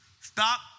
Stop